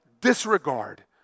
disregard